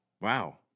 Wow